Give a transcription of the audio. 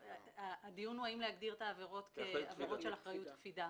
הדיון הוא האם להגדיר את העבירות כעבירות של אחריות קפידה.